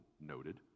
noted